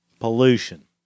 Pollution